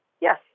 Yes